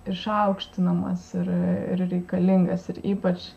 išaukštinamas ir ir reikalingas ir ypač